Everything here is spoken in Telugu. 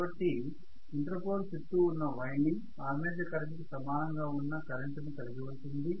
కాబట్టి ఇంటర్ పోల్ చుట్టూ ఉన్న వైండింగ్ ఆర్మేచర్ కరెంట్ కు సమానం గా ఉన్న కరెంటుని కలిగి ఉంటుంది